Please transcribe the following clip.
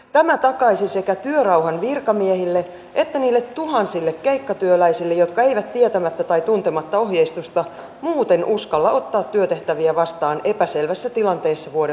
tämä takaisi sekä täysin välttämätöntä että niille tuhansille keikkatyöläisiin jotka eivät me kykenemme aikaansaamaan tilanteen jossa mihin valiokuntakin huomion kiinnittää tieto alkaa liikkua